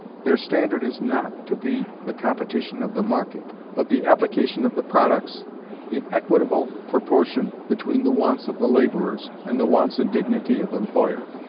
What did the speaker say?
their standard is not to be the competition of the market, but the application of the products in equitable proportion between the wants of the labourers and the wants and dignity of the employer.